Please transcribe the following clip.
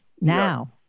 now